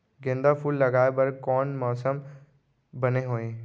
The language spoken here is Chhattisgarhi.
गेंदा फूल लगाए बर कोन मौसम बने होही?